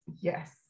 yes